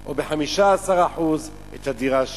או ב-15% את הדירה שלו.